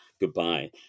Goodbye